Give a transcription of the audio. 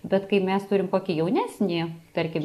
bet kai mes turim kokį jaunesnį tarkim